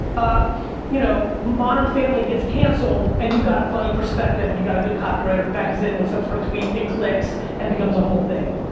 you know, modern family gets canceled and you got a funny perspective and you got a good copy writer bangs in with some sort of tweet. it click and becomes a whole thing.